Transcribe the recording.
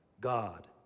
God